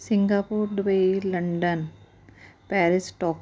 Singapore Dubai London Paris Tokyo